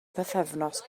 bythefnos